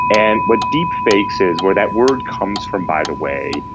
and what deep fakes is, where that word comes from, by the way,